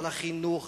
על החינוך,